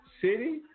city